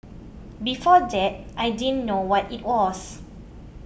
before that I didn't know what it was